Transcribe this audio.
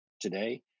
today